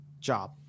job